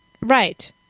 Right